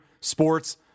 sports